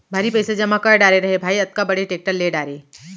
भारी पइसा जमा कर डारे रहें भाई, अतका बड़े टेक्टर ले डारे